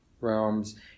realms